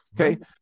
Okay